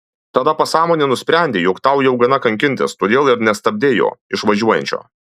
tada pasąmonė ir nusprendė jog tau jau gana kankintis todėl ir nesustabdei jo išvažiuojančio